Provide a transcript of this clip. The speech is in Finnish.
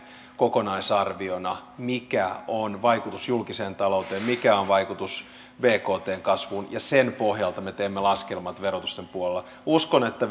kokonaisarviona mikä on vaikutus julkiseen talouteen mikä on vaikutus bktn kasvuun ja sen pohjalta me teemme laskelmat verotuksen puolella uskon että